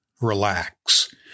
relax